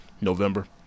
November